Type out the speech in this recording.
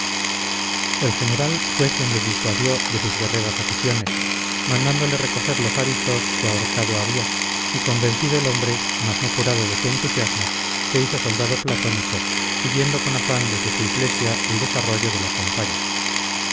el general fue quien le disuadió de sus guerreras aficiones mandándole recoger los hábitos que ahorcado había y convencido el hombre mas no curado de su entusiasmo se hizo soldado platónico siguiendo con afán desde su iglesia el desarrollo de la campaña